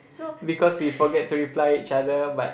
because we forget to reply each other but